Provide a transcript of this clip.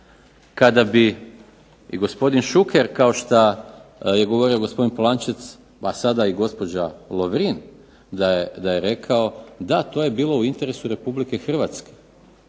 kada bi gospodin Šuker kao što je govorio gospodin Polančec pa sada i gospođa Lovrin, da to je bilo u interesu Republike Hrvatske.